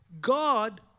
God